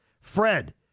Fred